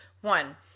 One